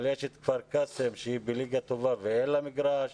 אבל יש את כפר קאסם שהיא בליגה טובה ואין לה מגרש.